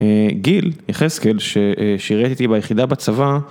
גיל יחזקאל ששירת איתי ביחידה בצבא